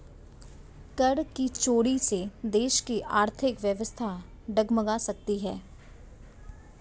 कर की चोरी से देश की आर्थिक व्यवस्था डगमगा सकती है